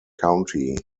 county